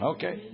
Okay